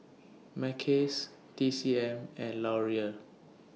Mackays T C M and Laurier